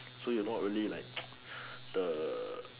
so you not really like the